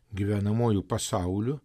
gyvenamuoju pasauliu